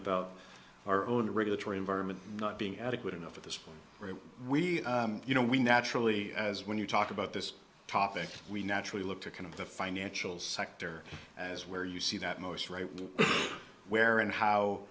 about our own regulatory environment not being adequate enough at this point where we you know we naturally as when you talk about this topic we naturally look to kind of the financial sector as where you see that most right where and how